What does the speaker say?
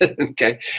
Okay